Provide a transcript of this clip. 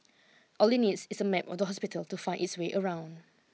all it needs is a map of the hospital to find its way around